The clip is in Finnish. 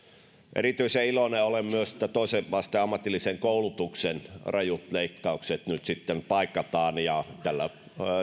erityisen iloinen olen myös siitä että toisen asteen ammatillisen koulutuksen rajut leikkaukset nyt sitten paikataan ja